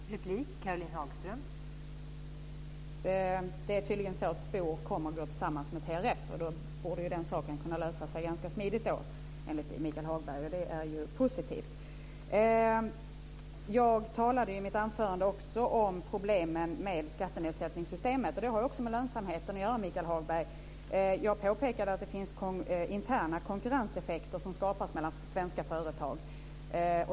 Fru talman! Det är tydligen så att SPOR kommer att gå ihop med TRF. Då borde den saken kunna lösa sig ganska smidigt, enligt Michael Hagberg. Och det är ju positivt. Jag talade i mitt anförande också om problemen med skattenedsättningssystemet. Det har också med lönsamheten att göra, Michael Hagberg. Jag påpekade att det finns interna konkurrenseffekter som skapas mellan svenska företag.